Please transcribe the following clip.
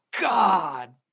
god